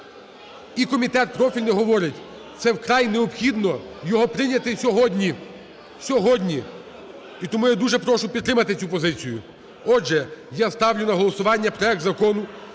І комітет профільний говорить: це вкрай необхідно його прийняти сьогодні, сьогодні. І тому я дуже прошу підтримати цю позицію. Отже, я ставлю на голосування проект Закону